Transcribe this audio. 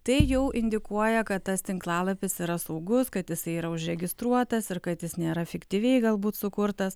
tai jau indikuoja kad tas tinklalapis yra saugus kad jisai yra užregistruotas ir kad jis nėra fiktyviai galbūt sukurtas